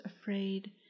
afraid